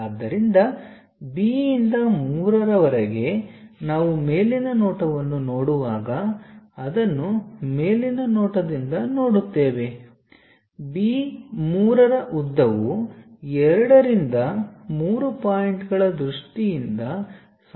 ಆದ್ದರಿಂದ B ಯಿಂದ 3 ರವರೆಗೆ ನಾವು ಮೇಲಿನ ನೋಟವನ್ನು ನೋಡುವಾಗ ಅದನ್ನು ಮೇಲಿನ ನೋಟದಿಂದ ನೋಡುತ್ತೇವೆ B 3 ಉದ್ದವು 2 ರಿಂದ 3 ಪಾಯಿಂಟ್ಗಳ ದೃಷ್ಟಿಯಿಂದ ಸಾಕಷ್ಟು ಗೋಚರಿಸುತ್ತದೆ